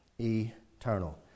eternal